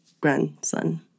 grandson